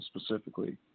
specifically